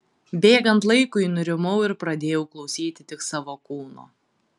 bėgant laikui nurimau ir pradėjau klausyti tik savo kūno